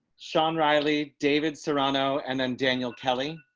sean riley, david serrano, and then daniel kelly.